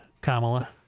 Kamala